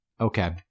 okay